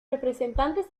representantes